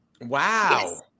Wow